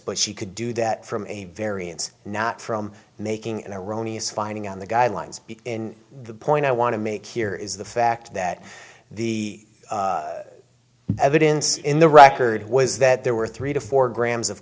but she could do that from a variance not from making and erroneous finding on the guidelines in the point i want to make here is the fact that the evidence in the record was that there were three to four grams of